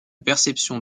perceptions